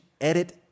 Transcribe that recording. edit